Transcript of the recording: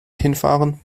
hinfahren